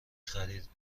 خرید